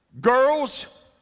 Girls